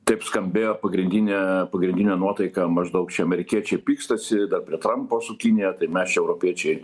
taip skambėjo pagrindinė pagrindinė nuotaika maždaug čia amerikiečiai pykstasi dar prie trampo su kinija tai mes europiečiai